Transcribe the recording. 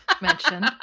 mention